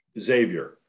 Xavier